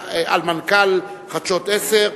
ערוץ-10.